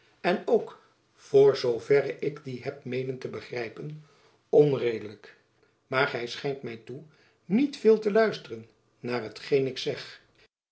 en ook voor zoo verre ik die heb meenen jacob van lennep elizabeth musch te begrijpen onredelijk maar gy schijnt my toe niet veel te luisteren naar hetgeen ik zeg